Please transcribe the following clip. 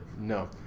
no